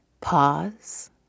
pause